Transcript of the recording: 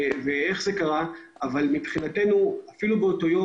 אבל אפילו באותו יום,